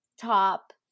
top